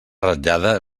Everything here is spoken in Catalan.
ratllada